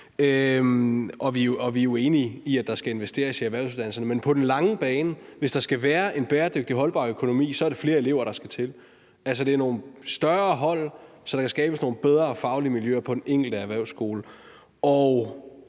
og vi er jo enige i, at der skal investeres i erhvervsuddannelserne. Men hvis der skal være en bæredygtig, holdbar økonomi på den lange bane, er det flere elever, der skal til. Altså, det skal være nogle større hold, så der skabes nogle bedre faglige miljøer på de enkelte erhvervsskoler. Og